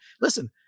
listen